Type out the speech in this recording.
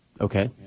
Okay